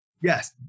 Yes